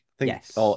yes